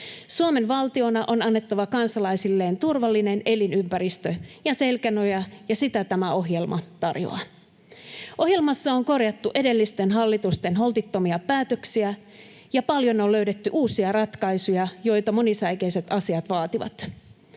Suomen valtiona on annettava kansalaisilleen turvallinen elinympäristö ja selkänoja, ja sitä tämä ohjelma tarjoaa. Ohjelmassa on korjattu edellisten hallitusten holtittomia päätöksiä ja paljon on löydetty uusia ratkaisuja, joita monisäikeiset asiat vaativat.